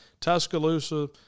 Tuscaloosa